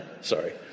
Sorry